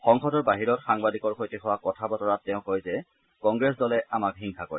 সংসদৰ বাহিৰত সাংবাদিকৰ সৈতে হোৱা কথা বতৰাত তেওঁ কয় যে কংগ্ৰেছ দলে আমাক হিংসা কৰে